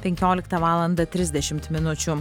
penkioliktą valandą trisdešimt minučių